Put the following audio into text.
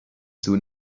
soon